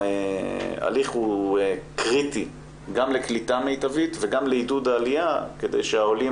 ההליך הוא קריטי גם לקליטה מיטבית וגם לעידוד העלייה כדי שהעולים